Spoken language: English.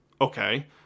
okay